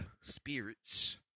Spirits